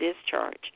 discharge